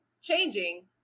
changing